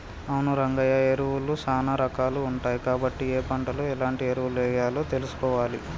అవును రంగయ్య ఎరువులు సానా రాకాలు ఉంటాయి కాబట్టి ఏ పంటలో ఎలాంటి ఎరువులెయ్యాలో తెలుసుకోవాలి